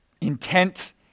intent